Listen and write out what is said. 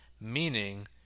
Meaning